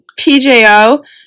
PJO